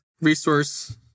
resource